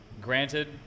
granted